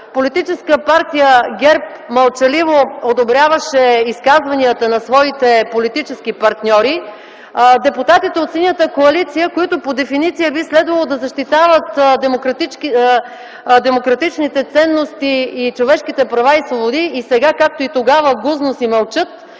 Политическа партия ГЕРБ мълчаливо одобряваше изказванията на своите политически партньори. Депутатите от Синята коалиция, които по дефиниция би следвало да защитават демократичните ценности и човешките права и свободи, и сега, както и тогава, гузно си мълчат,